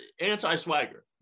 anti-swagger